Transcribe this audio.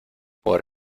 por